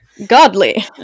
Godly